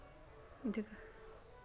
ꯑꯗꯨꯒ